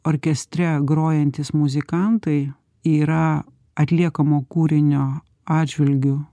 orkestre grojantys muzikantai yra atliekamo kūrinio atžvilgiu